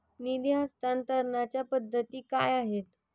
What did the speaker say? निधी हस्तांतरणाच्या पद्धती काय आहेत?